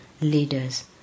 leaders